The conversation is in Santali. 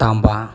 ᱛᱟᱢᱵᱟ